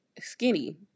skinny